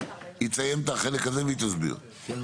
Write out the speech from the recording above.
היא תסיים את החלק הזה ואז יינתן הסבר.